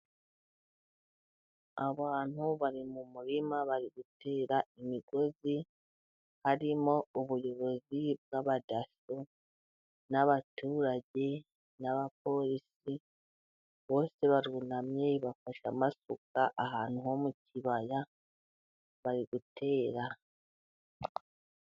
Abantu bari mu murima bari gutera imigozi. Harimo ubuyobozi bw'abadasso n'abaturage n'abapolisi bose barunamye bafashe amasuka ahantu ho mu kibaya bari gutera.